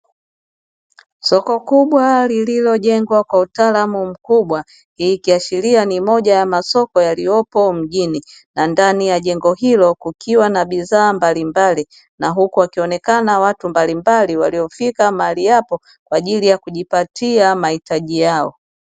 Soko kubwa lililojengwa kwa utaalam mkubwa likiashiria ni moja ya masoko yaliyopo mjini, na ndani ya jengo hilo kukiwa na bidhaa mbalimbali na huku wakionekana watu mbalimbali waliofika mahali hapo kwa ajili ya kujipatia mahitaji yao.